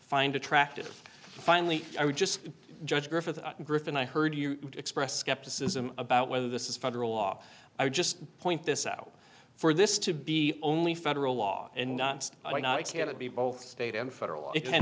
find a active finally i would just judge griffith griffin i heard you express skepticism about whether this is federal law i would just point this out for this to be only federal law and not can it be both state and federal it can